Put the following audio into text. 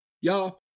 Y'all